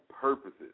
purposes